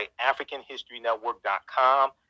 AfricanHistoryNetwork.com